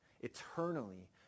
eternally